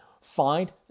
find